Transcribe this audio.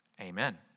amen